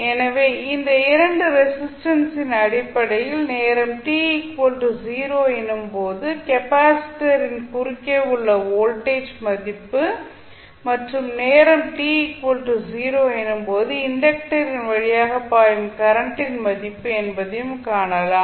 எனவே இந்த 2 ரெசிஸ்டன்ஸின் அடிப்படையில் நேரம் t 0 எனும் போது கெப்பாசிட்டரின் குறுக்கே உள்ள வோல்டேஜ் மதிப்பு மற்றும் நேரம் t 0 எனும் போது இண்டக்டரின் வழியாக பாயும் கரண்டின் மதிப்பு என்பதையும் காணலாம்